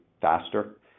faster